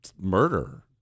murder